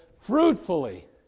fruitfully